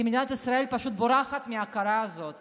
כי מדינת ישראל פשוט בורחת מההכרה הזאת